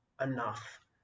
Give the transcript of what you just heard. enough